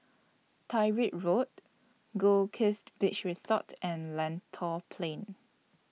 Tyrwhitt Road Goldkist Beach Resort and Lentor Plain